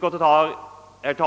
på detta avsnitt.